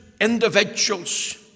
individuals